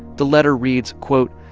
the letter reads, quote,